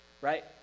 right